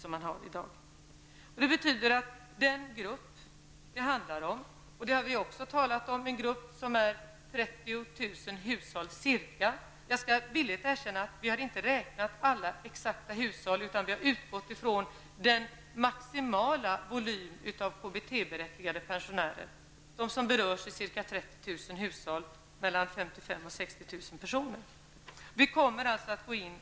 Den grupp som det här handlar om består av ca 30 000 hushåll på sammanlagt mellan 55 000 och 60 000 personer -- jag skall villigt erkänna att vi inte räknat fram de exakta antalet hushåll, utan vi har utgått ifrån den maximala volymen av KBT-berättigade pensionärer. Dessa kommer alltså att få ett särskilt stöd.